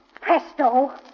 presto